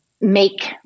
make